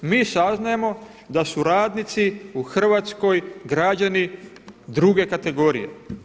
Mi saznajemo da su radnici u Hrvatskoj, građani druge kategorije.